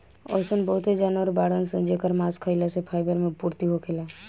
अइसन बहुते जानवर बाड़सन जेकर मांस खाइला से फाइबर मे पूर्ति होखेला